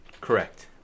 correct